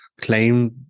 claim